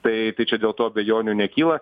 tai tai čia dėl to abejonių nekyla